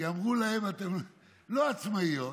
כי אמרו להן: אתן לא עצמאיות,